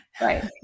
Right